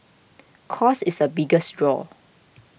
cost is the biggest draw